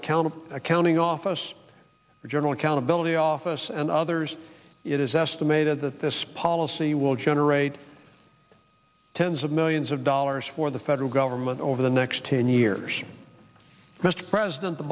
accounting accounting office the general accountability office and others it is estimated that this policy will generate tens of millions of dollars for the federal government over the next ten years mr president the